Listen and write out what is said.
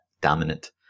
dominant